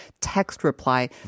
text-reply